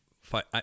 fight